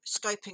scoping